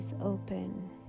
open